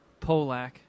Polak